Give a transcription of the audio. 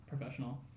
professional